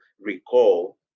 recall